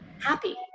happy